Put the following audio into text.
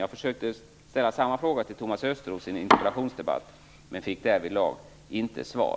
Jag försökte ställa samma fråga till Thomas Östros i en interpellationsdebatt, men fick inget svar.